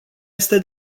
este